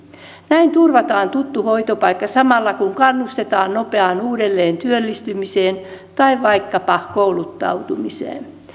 näin turvataan tuttu hoitopaikka samalla kun kannustetaan nopeaan uudelleen työllistymiseen tai vaikkapa kouluttautumiseen